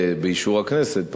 באישור הכנסת,